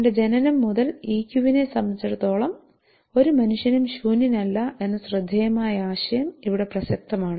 തന്റെ ജനനം മുതൽ ഇക്യുവിനെ സംബന്ധിച്ചിടത്തോളം ഒരു മനുഷ്യനും ശൂന്യനല്ല എന്ന ശ്രദ്ധേയമായ ആശയം ഇവിടെ പ്രസക്തമാണ്